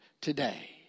today